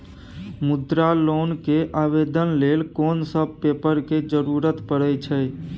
मुद्रा लोन के आवेदन लेल कोन सब पेपर के जरूरत परै छै?